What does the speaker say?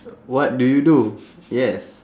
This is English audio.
what do you do yes